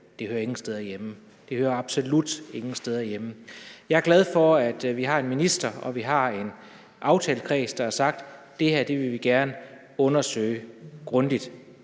forslag med sharialov. Det hører jo absolut ingen steder hjemme. Jeg er glad for, at vi har en minister og en aftalekreds, der har sagt, at det her vil vi gerne undersøge grundigt.